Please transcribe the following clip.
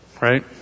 right